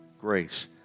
grace